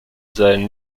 seien